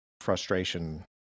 frustration